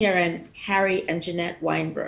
מקרן הרי וג'נט ויינברג.